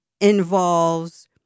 involves